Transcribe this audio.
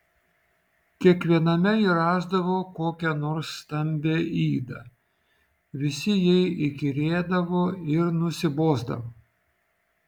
kiekviename ji rasdavo kokią nors stambią ydą visi jai įkyrėdavo ir nusibosdavo